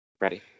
Ready